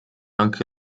anche